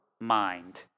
mind